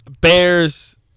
Bears